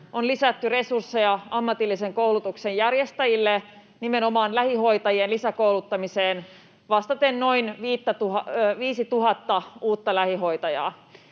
on lisätty resursseja ammatillisen koulutuksen järjestäjille nimenomaan lähihoitajien lisäkouluttamiseen vastaten noin 5 000:ta uutta lähihoitajaa.